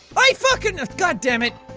i fucking! ugh god dammit.